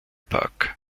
park